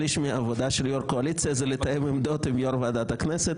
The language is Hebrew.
שליש מהעבודה של יו"ר קואליציה זה לתאם עמדות עם יו"ר עמדות הכנסת.